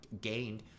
gained